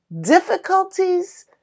difficulties